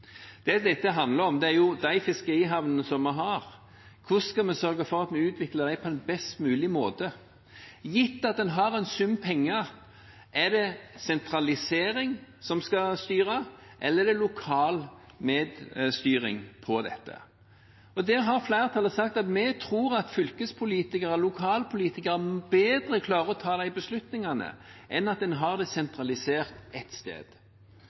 Det dette handler om, er hvordan vi skal sørge for at vi utvikler de fiskerihavnene vi har på en best mulig måte. Gitt at en har en sum penger – er det sentralisering som skal styre, eller skal det være lokal medstyring på dette? Der har flertallet sagt at de tror at fylkespolitikere, lokalpolitikere bedre klarer å ta de beslutningene enn om en har det sentralisert et sted.